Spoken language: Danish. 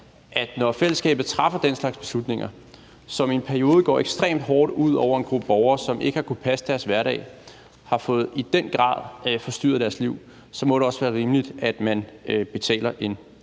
at når fællesskabet træffer den slags beslutninger, som i en periode går ekstremt hårdt ud over en gruppe borgere, som ikke har kunnet passe deres hverdag, og som i den grad har fået forstyrret deres liv, så er det rimeligt, at man betaler en